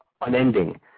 unending